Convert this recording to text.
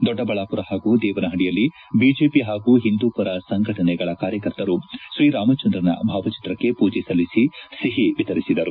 ದೊಡ್ಡಬಳ್ಳಾಪುರ ಹಾಗೂ ದೇವನಹಳ್ಳಿಯಲ್ಲಿ ಬಿಜೆಪಿ ಹಾಗೂ ಹಿಂದೂಪರ ಸಂಘಟನೆಗಳ ಕಾರ್ಕರ್ತರು ಶ್ರೀರಾಮ ಚಂದ್ರ ಭಾವಚಿತ್ರಕ್ಕೆ ಪೂಜೆ ಸಲ್ಲಿಸಿ ಸಿಹಿ ವಿತರಿಸಿದರು